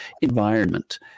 environment